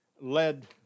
led